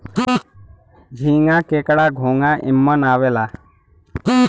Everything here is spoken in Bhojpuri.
झींगा, केकड़ा, घोंगा एमन आवेला